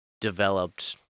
developed